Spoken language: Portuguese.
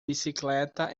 bicicleta